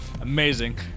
Amazing